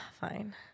Fine